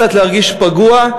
קצת להרגיש פגוע,